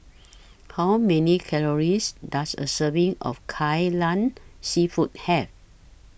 How Many Calories Does A Serving of Kai Lan Seafood Have